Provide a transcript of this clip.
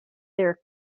their